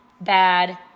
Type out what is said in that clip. bad